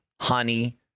Honey